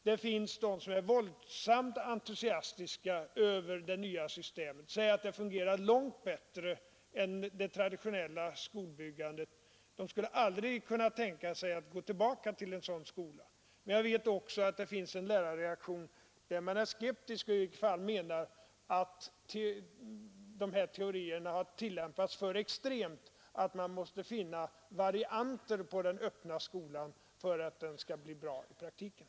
Det finns de som är våldsamt entusiastiska över systemet och säger att det fungerar långt bättre än de traditionellt byggda skolorna; de skulle aldrig kunna tänka sig att gå tillbaka till en sådan skola. Men det finns också en reaktion från lärarnas sida som innebär att man är skeptisk och menar att teorierna har tillämpats för extremt och att man måste finna varianter på den öppna verksamheten för att den skall bli bra i praktiken.